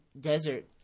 desert